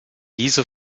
diese